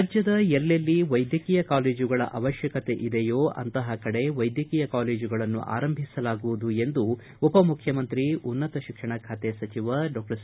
ರಾಜ್ಯದ ಎಲ್ಲೆಲ್ಲಿ ವೈದ್ಯಕೀಯ ಕಾಲೇಜುಗಳ ಅವಶ್ವಕತೆ ಇದೆಯೋಅಂತಹ ಕಡೆ ವೈದ್ಯಕೀಯ ಕಾಲೇಜುಗಳನ್ನು ಆರಂಭಿಸಲಾಗುವುದು ಎಂದು ಉಪಮುಖ್ಯಮಂತ್ರಿ ಉನ್ನತ ಶಿಕ್ಷಣ ಖಾತೆ ಸಚಿವ ಡಾಕ್ಷರ್ ಸಿ